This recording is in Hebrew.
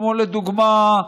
כמו לדוגמה,